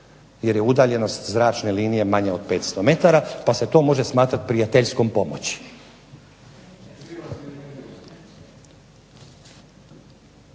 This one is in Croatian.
jer je udaljenost zračne linije manja od 500 m pa se to može smatrati prijateljskom pomoći.